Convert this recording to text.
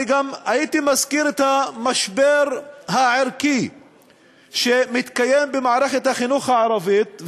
אני גם הייתי מזכיר את המשבר הערכי שמתקיים במערכת החינוך הערבית,